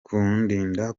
kundinda